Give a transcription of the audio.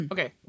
Okay